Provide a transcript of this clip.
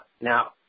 Now